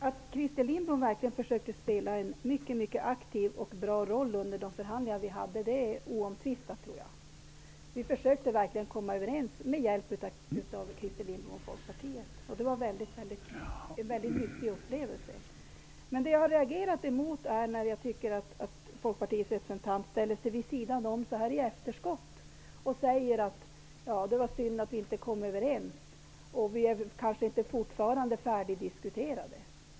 Herr talman! Christer Lindblom spelade verkligen en mycket aktiv roll under förhandlingarna, det är oomtvistat. Vi försökte verkligen komma överens med hjälp av Christer Lindblom och Folkpartiet, och det var en nyttig upplevelse. Vad jag reagerat emot är att Folkpartiets representant ställer sig vid sidan om så här i efterskott och säger att det var synd att vi inte kom överens, att vi fortfarande inte har färdigdiskuterat frågan.